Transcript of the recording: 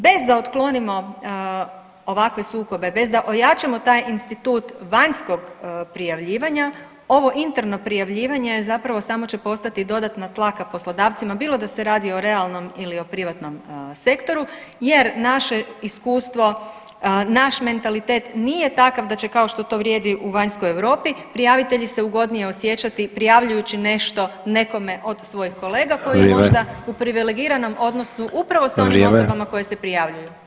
Bez da otklonimo ovakve sukobe, bez da ojačamo taj institut vanjskog prijavljivanja, ovo interno prijavljivanje je zapravo, samo će postati dodatna tlaka poslodavcima, bilo da se radi o realnom ili o privatnom sektoru, jer naše iskustvo, naš mentalitet nije takav da će kao što to vrijedi u vanjskoj Europi, prijavitelji se ugodnije osjećati prijavljujući nešto nekome od svojih kolega koji možda [[Upadica: Vrijeme.]] u privilegiranom odnosu upravo sa osobama [[Upadica: Vrijeme.]] koje se prijavljuju.